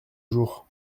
jour